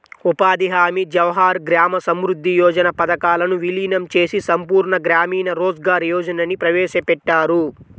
ఉపాధి హామీ, జవహర్ గ్రామ సమృద్ధి యోజన పథకాలను వీలీనం చేసి సంపూర్ణ గ్రామీణ రోజ్గార్ యోజనని ప్రవేశపెట్టారు